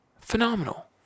phenomenal